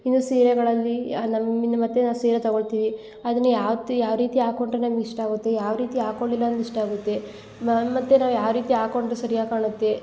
ಇನ್ನು ಸೀರೆಗಳಲ್ಲಿ ನಮ್ಮ ಮತ್ತು ನಾವು ಸೀರೆ ತಗೊಳ್ತೀವಿ ಅದನ್ನ ಯಾವ ತ್ ಯಾವ ರೀತಿ ಹಾಕೊಂಡರೆ ನಮ್ಗೆ ಇಷ್ಟ ಆಗುತ್ತೆ ಯಾವ ರೀತಿ ಹಾಕೊಂಡ್ರೆ ನಮ್ಗೆ ಇಷ್ಟ ಆಗುತ್ತೆ ಮತ್ತು ನಾವು ಯಾವ ರೀತಿ ಹಾಕೊಂಡರೆ ಸರಿಯಾಗಿ ಕಾಣುತ್ತೆ